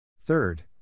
Third